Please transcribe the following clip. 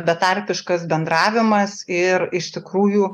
betarpiškas bendravimas ir iš tikrųjų